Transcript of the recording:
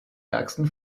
ärgsten